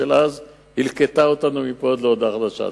דאז הלקתה אותנו מפה ועד להודעה חדשה.